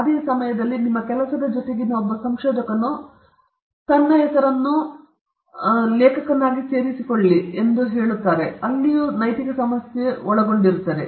ಅದೇ ಸಮಯದಲ್ಲಿ ನಿಮ್ಮ ಕೆಲಸದ ಜೊತೆಗಿನ ಒಬ್ಬ ಸಂಶೋಧಕನು ತನ್ನ ಹೆಸರನ್ನು ಒಬ್ಬ ಲೇಖಕನಾಗಿ ಸೇರಿಸಿಕೊಳ್ಳಬಹುದೆ ಅದು ನೈತಿಕ ಸಮಸ್ಯೆಯನ್ನು ಒಳಗೊಂಡಿರುತ್ತದೆ